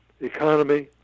economy